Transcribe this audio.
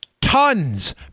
Tons